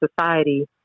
society